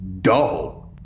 dull